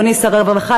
אדוני שר הרווחה,